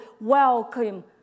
welcome